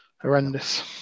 horrendous